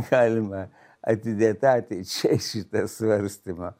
galima atidėt ateičiai šitą svarstymą